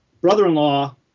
brother-in-law